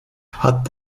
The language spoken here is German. hat